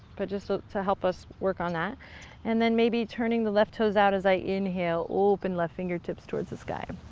but just to help us work on that and then maybe turning the left toes out as i inhale, open left fingertips towards the sky.